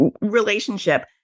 relationship